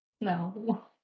No